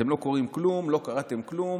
אז: אתם לא קוראים כלום, לא קראתם כלום.